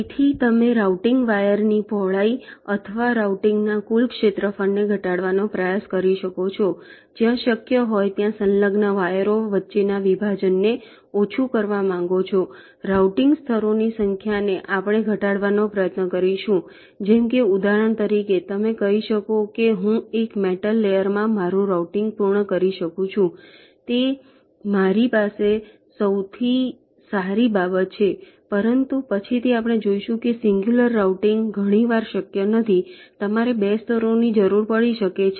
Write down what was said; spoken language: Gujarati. તેથી તમે રાઉટીંગ વાયરની પહોળાઈ અથવા રાઉટીંગના કુલ ક્ષેત્રફળને ઘટાડવાનો પ્રયાસ કરી શકો છો જ્યાં શક્ય હોય ત્યાં સંલગ્ન વાયરો વચ્ચેના વિભાજનને ઓછું કરવા માંગો છો રાઉટીંગ સ્તરોની સંખ્યા ને આપણે ઘટાડવાનો પ્રયત્ન કરીશું જેમ કે ઉદાહરણ તરીકે તમે કહી શકો છો કે હું એક મેટલ લેયરમાં મારું રાઉટીંગ પૂર્ણ કરી શકું છું તે મારી પાસે સૌથી સારી બાબત છે પરંતુ પછીથી આપણે જોઈશું કે સિંગ્યુલર રાઉટીંગ ઘણીવાર શક્ય નથી તમારે 2 સ્તરોની જરૂર પડી શકે છે